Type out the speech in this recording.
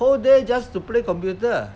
whole day just to play computer